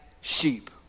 sheep